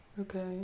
okay